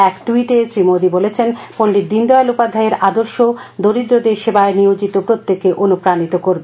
এক টুইটে শ্রী মোদি বলেছেন পণ্ডিত দীনদয়াল উপাধ্যায়ের আদর্শ দরিদ্রদের সেবায় নিয়োজিত প্রত্যেককে অনুপ্রাণীত করবে